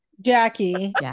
Jackie